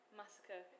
massacre